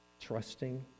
trusting